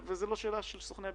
זה לא שאלה של סוכני ביטוח,